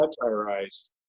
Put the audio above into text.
Satirized